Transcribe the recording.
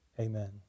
amen